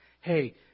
Hey